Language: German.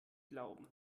glauben